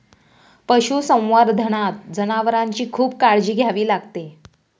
पशुसंवर्धनात जनावरांची खूप काळजी घ्यावी लागते